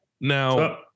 Now